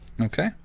Okay